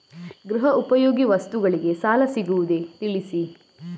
ಗೃಹ ಉಪಯೋಗಿ ವಸ್ತುಗಳಿಗೆ ಸಾಲ ಸಿಗುವುದೇ ತಿಳಿಸಿ?